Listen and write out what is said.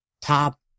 top